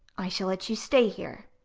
i shall let you stay here.